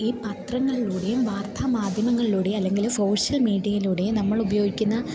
ഈ പത്രങ്ങളിലൂടെയും വാർത്താമാദ്ധ്യമങ്ങളിലൂടെയും അല്ലെങ്കില് സോഷ്യൽ മീഡിയയിലൂടെയും നമ്മളുപയോഗിക്കുന്ന